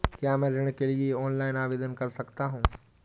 क्या मैं ऋण के लिए ऑनलाइन आवेदन कर सकता हूँ?